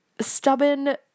stubborn